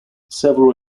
several